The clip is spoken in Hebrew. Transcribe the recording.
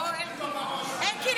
זאת אופוזיציה זאת --- אלקין,